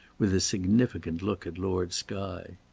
with a significant look at lord skye.